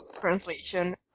translation